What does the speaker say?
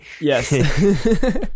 Yes